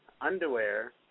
underwear